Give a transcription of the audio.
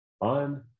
on